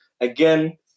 again